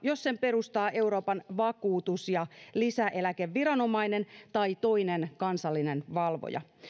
jos sen perustaa euroopan vakuutus ja lisäeläkeviranomainen tai toinen kansallinen valvoja